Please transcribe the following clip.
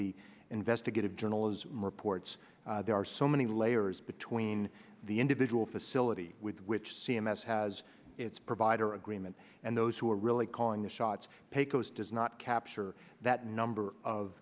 the investigative journalism reports there are so many layers between the individual facility with which c m s has its provider agreement and those who are really calling the shots pecos does not capture that number of